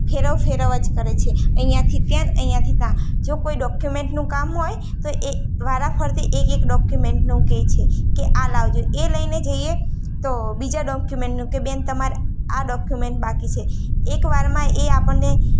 ફેરવ ફેરવ જ કરે છે અહીંયાથી ત્યાં ને અહીંયાથી ત્યાં જો કોઈ ડોક્યુમેન્ટનું કામ હોય તો એ વારાફરતી એક એક ડોક્યુમેન્ટનું કહે છે કે આ લાવજો એ લઈને જઈએ તો બીજા ડોક્યુમેન્ટનું કહે બેન તમારે આ ડોકયુમેંટ બાકી છે એક વારમાં એ આપણને